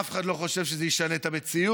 אף אחד לא חושב שזה ישנה את המציאות.